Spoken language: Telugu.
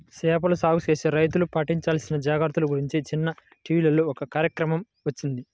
చేపల సాగు చేసే రైతులు పాటించాల్సిన జాగర్తల గురించి నిన్న టీవీలో ఒక కార్యక్రమం వచ్చింది